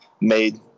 made